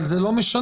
אבל זה לא משנה,